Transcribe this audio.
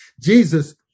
Jesus